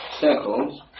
circles